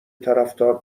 طرفدار